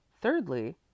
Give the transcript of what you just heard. Thirdly